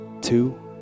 Two